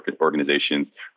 organizations